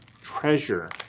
Treasure